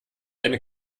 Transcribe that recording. eine